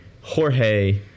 Jorge